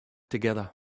together